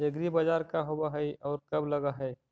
एग्रीबाजार का होब हइ और कब लग है?